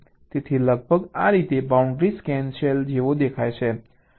તેથી લગભગ આ રીતે બાઉન્ડ્રી સ્કેન સેલ જેવો દેખાય છે